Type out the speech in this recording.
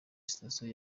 sitasiyo